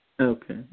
Okay